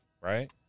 right